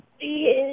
Yes